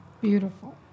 Beautiful